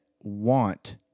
want